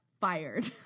fired